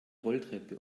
rolltreppe